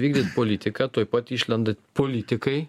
vykdyt politiką tuoj pat išlenda politikai